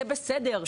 זה בסדר.